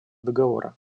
договора